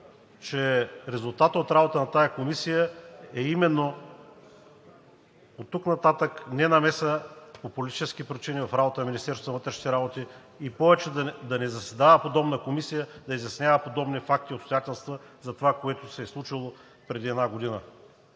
че резултатът от работата на тази комисия е именно оттук нататък ненамеса по политически причини в работата на Министерството на вътрешните работи и повече да не заседава подобна комисия да изяснява подобни факти и обстоятелства за това, което се е случило преди една година.